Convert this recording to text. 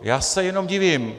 Já se jenom divím.